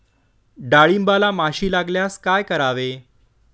डाळींबाला माशी लागल्यास काय करावे?